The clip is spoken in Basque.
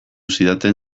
zidaten